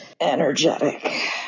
energetic